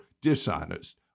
dishonest